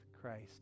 Christ